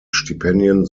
stipendien